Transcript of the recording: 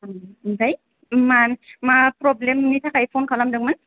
ओम ओमफ्राय मा मा प्रब्लेमनि थाखाय फन खालामदोंमोन